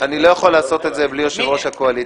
אני לא יכול לעשות את זה בלי יושב-ראש הקואליציה.